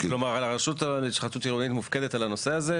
הרשות להתחדשות עירונית מופקדת על הנושא הזה,